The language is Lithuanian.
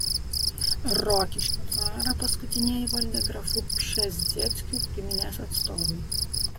rokiškio dvarą paskutinieji valdė grafų pšezdzieckių giminės atstovai